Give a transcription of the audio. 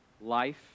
life